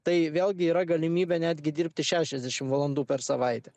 tai vėlgi yra galimybė netgi dirbti šešiasdešim valandų per savaitę